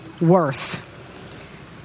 worth